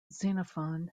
xenophon